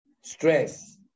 stress